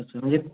अच्छा म्हणजे